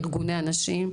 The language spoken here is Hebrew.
ארגוני הנשים,